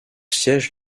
siège